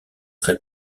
très